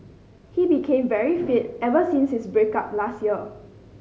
he became very fit ever since his break up last year